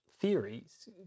theories